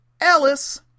Alice